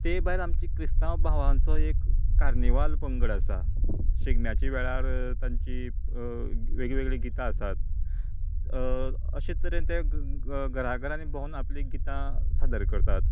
तें भायर आमची क्रिस्ताव भावांचो एक कार्नीवाल पंगड आसा शिगमेची वेळार तांची वेगळी वेगळी गीतां आसात तशें तरेन ते घरां घरांनी भोवन आपली गितां सादर करतात